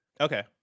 Okay